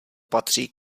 patří